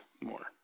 more